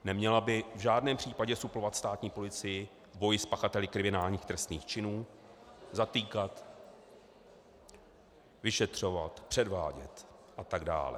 Neměla by v žádném případě suplovat státní policii, boj s pachateli kriminálních trestních činů, zatýkat, vyšetřovat, předvádět a tak dále.